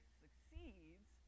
succeeds